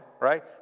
right